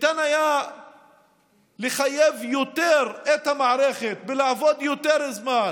ניתן היה לחייב יותר את המערכת ולעבוד יותר זמן